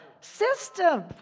system